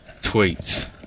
tweets